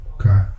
Okay